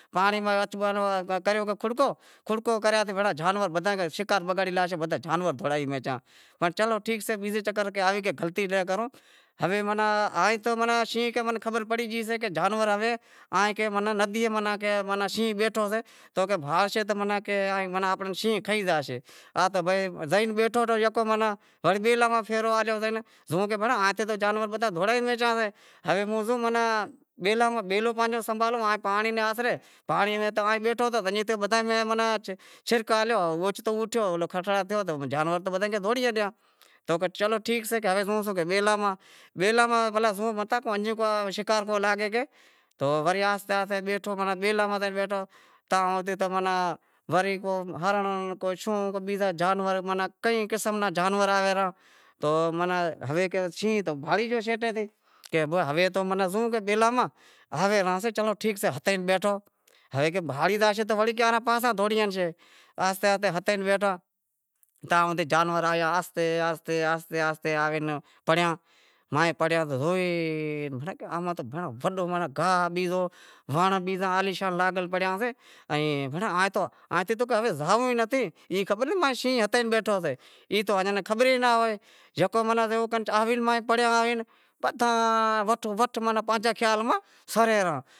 پانڑی ماہ تو کریو کھڑکو، کھڑکو کریانتے تو جانور بدہا ئی شکار بگاڑی لاشیں کہ جانور دہوڑائی گیا کہ چلو ٹھیک سئے کہ بیزے چکر ایوی گلتی ناں کروں ہوے ائیں تو شینہں کہے منیں خبر پڑی گئی سے کہ جانور ہوے ندیئے ماناں کہ شینہں بیٹھو سے تو بھاوشے تو ماناں شینہں ام نیں کھاوے زائیشے، زائی بیٹھو یکو ماناں وری بیلاں ماہ پھیرو ہالیو سے کہ زوئوں کہ ہاتے تو جانور بدہا ئے موں دہوڑائی زاں سے ہوے موں زوں بیلاں ماہ بیلو پانجو سنبھالوں، ہاں پانڑی نیں آسرے پانڑی ماہ تو بیٹھو ہتو پانڑی رے آسرے ماہ تو چھرک ہالیو تو اوچتو اوٹھیو کھٹرا تھیو تو جانور تو بدہا ئی دہوڑی ہلیا تو کہ چلو ٹھیک سے ہوے زوں سوں کہ بیلا ماہ متاں کو شکار لاگے کہ تو وری آہستے آہستے بیٹھو کہ بیلاں ماتھے بیٹھو کہ وری کو ہنرنڑ کو شوں کو بیزا جانور مناں کئی قسم را جانور آئے رہیا مناں ہوے شینہں تو بھاری گیو کہ ہوے تو زوں بیلاں ماہ ہوے راہسے تو چلو ٹھیک سے ہتے ئی بیٹھو کہ ہوے بھانڑی زاشے تو کیواں رے پاساں دہوڑی زاشیں تو ہتے ئی بیٹھا تاں جانور آیا آہستے آہستے آہستے آوے ناں پڑیا کہ زوئے کہ بھینڑیاں ای ماہ تاں وڈو گاہ بیزو ونڑ بیزا عالیشان لاگل پڑیا سے بھینڑیاں آئیں تو اتی زائوں ئی نتھی ایئں خبر نتھی کہ شینہں اتھے ئی بیٹھو سے ای تو ایئاں ناں خبر ئی ناں ہوئے یکو مناں زوکر آوی ماہ نیں پڑیا آوی متھاں وٹھو وٹھ پانجے خیال ماہ سریں رہا۔